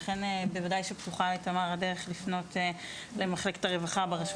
לכן בוודאי שפתוחה לתמר הדרך לפנות למחלקת הרווחה ברשות